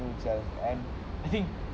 from movies itself and the thing